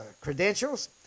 credentials